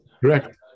Correct